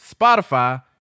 Spotify